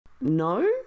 No